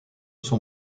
son